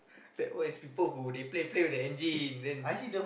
that was people who they play play with the engine then